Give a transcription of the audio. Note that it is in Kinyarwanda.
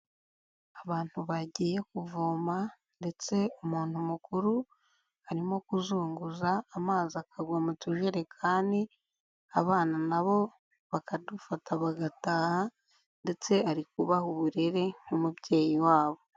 Abantu bagiye kuvoma, ndetse umuntu mukuru arimo kuzunguza amazi akagwa mu tujerekani, abana nabo bakadufata bagataha ndetse ari kubaha uburere nk'umubyeyi wabo.